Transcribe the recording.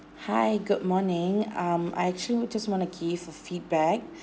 hi good morning um I actually just want to give a feedback